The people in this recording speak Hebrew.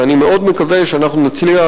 ואני מקווה מאוד שנצליח,